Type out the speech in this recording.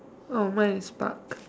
oh mine is park